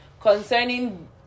concerning